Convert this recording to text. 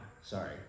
Sorry